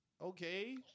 okay